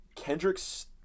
Kendrick's